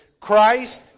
Christ